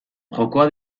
jokoa